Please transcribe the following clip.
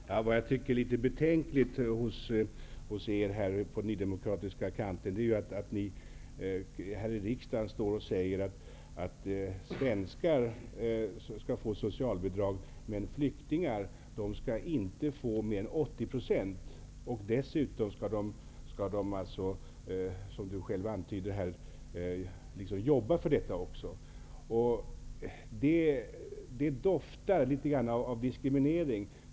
Herr talman! Vad jag tycker är litet betänkligt hos er nydemokrater är att ni här i riksdagen står och säger att svenskar skall få socialbidrag, men flyktingar skall inte få mer än 80 % av socialbidragsnormen. Dessutom skall de, som Lars Moquist själv antydde, jobba för detta. Detta doftar litet grand av diskriminering.